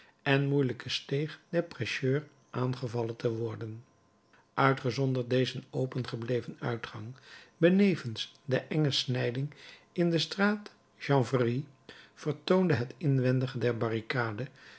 en moeielijke steeg des prêcheurs aangevallen te worden uitgezonderd dezen opengebleven uitgang benevens de enge snijding in de straat chanvrerie vertoonde het inwendige der barricade